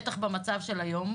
בטח במצב של היום,